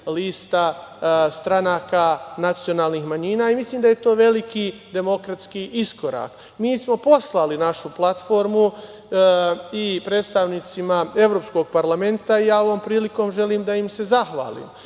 lista stranaka nacionalnih manjina i mislim da je to veliki demokratski iskorak. Mi smo poslali našu platformu i predstavnicima Evropskog parlamenta. Ovom prilikom ja želim da im se zahvalim.